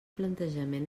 plantejament